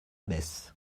baisse